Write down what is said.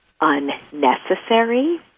unnecessary